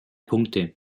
punkte